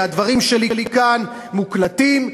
והדברים שלי כאן מוקלטים ונרשמים,